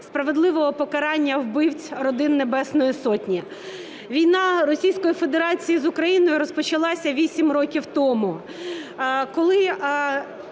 справедливого покарання вбивць родин Небесної Сотні. Війна Російської Федерації з Україною розпочалася 8 років тому, коли